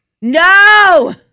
No